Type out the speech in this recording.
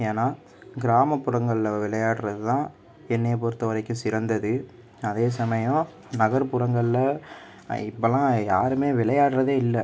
ஏன்னால் கிராமப்புறங்களில் விளையாடுறதுதான் என்னைய பொறுத்த வரைக்கும் சிறந்தது அதே சமயம் நகர்புறங்களில் இப்போலாம் யாருமே விளையாடுவதே இல்லை